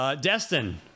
Destin